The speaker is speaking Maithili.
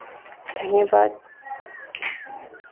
अहिने पर